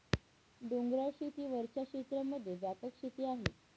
डोंगराळ शेती वरच्या क्षेत्रांमध्ये व्यापक शेती आहे